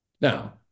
Now